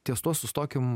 ties tuo sustokim